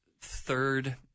third